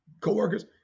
co-workers